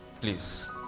please